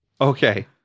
Okay